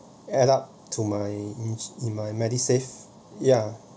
add up to my to my MediSave ya